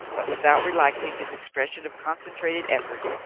but without relaxing his expression of concentrated effort,